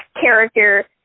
character